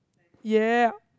ya